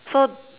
so